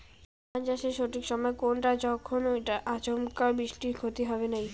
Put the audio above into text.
ধান চাষের সঠিক সময় কুনটা যখন এইটা আচমকা বৃষ্টিত ক্ষতি হবে নাই?